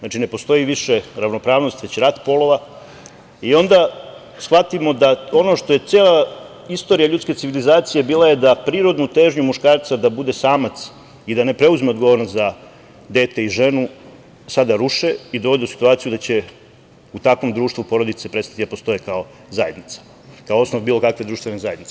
Ne postoji više ravnopravnost, već rat polova i onda shvatimo da ono što je cela istorija ljudske civilizacije bila je da prirodnu težnju muškarca da bude samac i da ne preuzme odgovornost za dete i ženu sada ruše i dovode u situaciju da će u takvom društvu porodice prestati da postoje kao zajednica, kao osnov bilo kakve društvene zajednice.